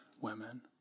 women